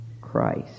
Christ